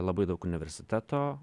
labai daug universiteto